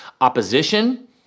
opposition